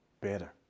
better